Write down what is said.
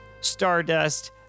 Stardust